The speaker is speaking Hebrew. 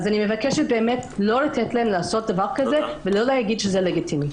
אני מבקשת לא לתת להם לעשות דבר כזה ולא לומר שזה לגיטימי.